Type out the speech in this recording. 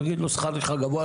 יגיד לך השכר שלך גבוה,